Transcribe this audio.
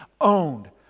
owned